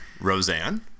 roseanne